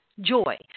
joy